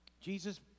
Jesus